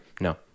no